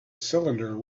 cylinder